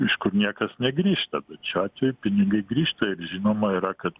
iš kur niekas negrįžta bet šiuo atveju pinigai grįžta ir žinoma yra kad